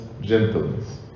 gentleness